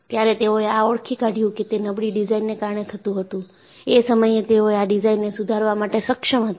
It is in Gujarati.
ત્યારે તેઓએ આ ઓળખી કાઢ્યું કે તે નબળી ડિઝાઇનને કારણે થતું હતું એ સમયે તેઓ આ ડીઝાઇન ને સુધારવા માટે સક્ષમ હતા